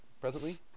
presently